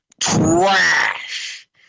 trash